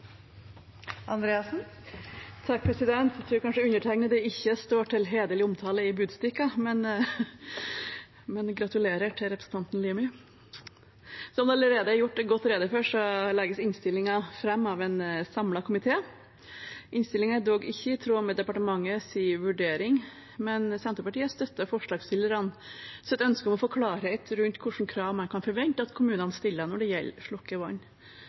kanskje undertegnede ikke står til hederlig omtale i Budstikka, men gratulerer til representanten Limi! Som det allerede er gjort godt rede for, legges innstillingen fram av en samlet komité. Innstillingen er dog ikke i tråd med departementets vurdering, men Senterpartiet støtter forslagsstillernes ønske om å få klarhet i hvilke krav man kan forvente at kommunene stiller når det gjelder